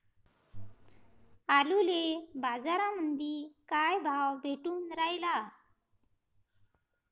आलूले बाजारामंदी काय भाव भेटून रायला?